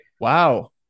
Wow